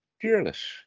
fearless